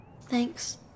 Thanks